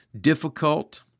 difficult